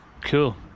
cool